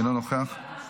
אינו נוכח.